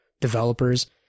developers